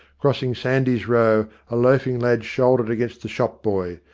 crossing sandys row a loafing lad shouldered against the shop-boy,